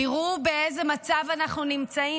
תראו באיזה מצב אנחנו נמצאים.